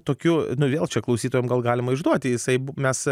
tokiu vėl čia klausytojam gal galima išduoti jisai mes